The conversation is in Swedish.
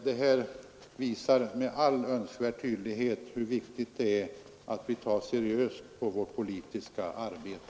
Detta visar med all önskvärd tydlighet hur viktigt det är att ta seriöst på vårt politiska arbete.